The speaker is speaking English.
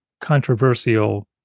controversial